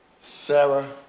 Sarah